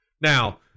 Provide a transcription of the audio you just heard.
Now